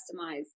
customize